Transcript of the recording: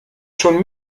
schon